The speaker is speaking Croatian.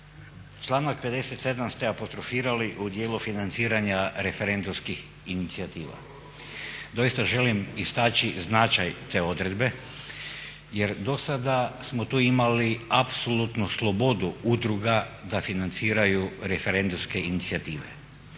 članak 57. ste apostrofirali u dijel financiranja referendumskih inicijativa. Doista želim istaći značaj te odredbe jer do sada smo tu imali apsolutno slobodu udruga da financiraju referendumske inicijative.